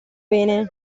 bene